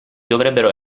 dovrebbero